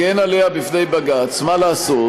הגן עליה בפני בג"ץ, מה לעשות.